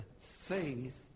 faith